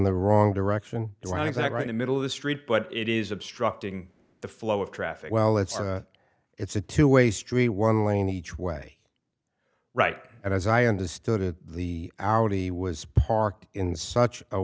the wrong direction when it's not right the middle of the street but it is obstructing the flow of traffic well it's it's a two way street one lane each way right and as i understood it the hourly was parked in such a